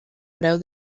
preu